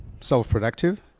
self-productive